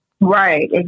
Right